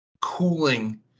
cooling